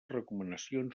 recomanacions